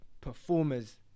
performers